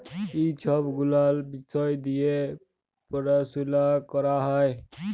ই ছব গুলাল বিষয় দিঁয়ে পরাশলা ক্যরা হ্যয়